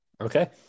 Okay